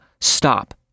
stop